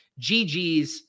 GGs